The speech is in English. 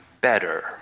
better